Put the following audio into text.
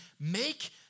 make